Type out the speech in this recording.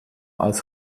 als